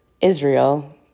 Israel